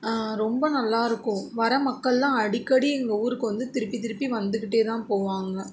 ரொம்ப நல்லா இருக்கும் வர மக்களெல்லாம் அடிக்கடி எங்கள் ஊருக்கு வந்து திருப்பி திருப்பி வந்துக்கிட்டே தான் போவாங்க